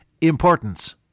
importance